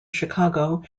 chicago